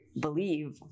believe